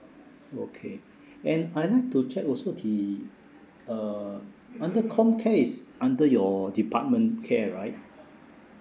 okay and I'd like to check also the uh under com care is under your department care right